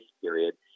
period